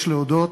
יש להודות,